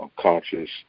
conscious